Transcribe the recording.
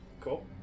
cool